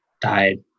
died